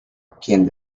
quien